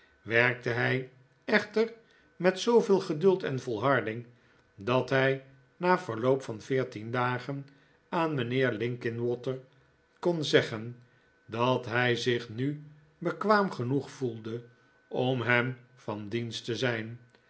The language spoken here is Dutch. werkte hij echter met zooveel geduld en volharding dat hij na verloop van veertien dagen aan mijnheer linkinwater kon zeggen dat hij zich nu bekwaam genoeg voelde om hem van dienst te zijn